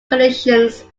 conditions